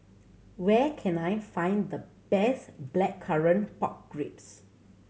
where can I find the best Blackcurrant Pork Ribs